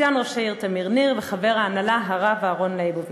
סגן ראש העיר תמיר ניר וחבר ההנהלה הרב אהרן ליבוביץ,